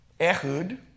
Ehud